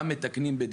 אלא למוקדנים,